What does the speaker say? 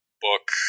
book